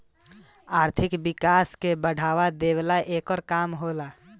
आर्थिक विकास के बढ़ावा देवेला एकर काम होला